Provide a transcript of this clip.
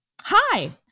Hi